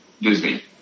Disney